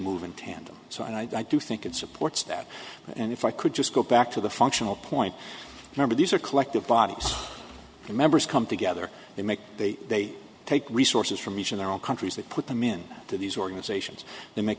move in tandem so i do think it supports that and if i could just go back to the functional point remember these are collective bodies and members come together they make they they take resources from each in their own countries they put them in these organizations they make